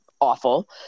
awful